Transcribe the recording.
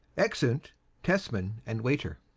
exeunt tesman and waiter